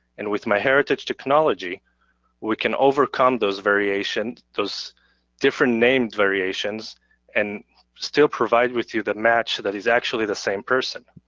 and with myheritage technology we can overcome those variations, those different name variations and still provide with you the match that is actually the same person.